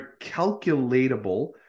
calculatable